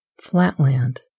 Flatland